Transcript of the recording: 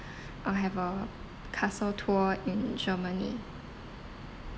uh have a castle tour in germany